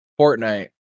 Fortnite